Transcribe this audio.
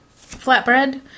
flatbread